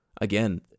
Again